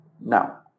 Now